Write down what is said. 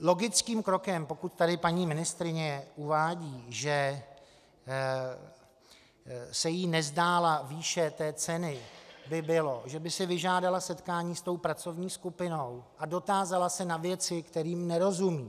Logickým krokem, pokud tady paní ministryně uvádí, že se jí nezdála výše té ceny, by bylo, že by si vyžádala setkání s tou pracovní skupinou a dotázala se na věci, kterým nerozumí.